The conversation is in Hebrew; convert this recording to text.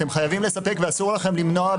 לא,